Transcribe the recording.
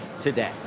today